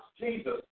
Jesus